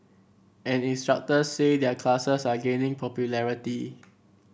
and instructors say their classes are gaining popularity